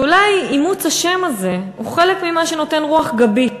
ואולי אימוץ השם הזה הוא חלק ממה שנותן רוח גבית